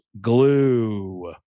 glue